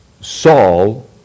Saul